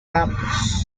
campus